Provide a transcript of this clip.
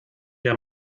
der